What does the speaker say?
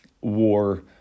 war